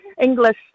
English